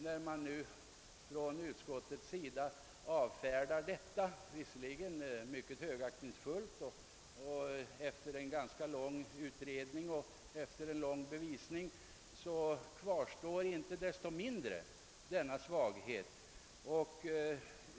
När utskottet avfärdar detta krav — visserligen mycket högaktningsfullt och efter en ganska lång utredning och ingående bevisning — kvarstår inte desto mindre denna svaghet i lagen.